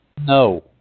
No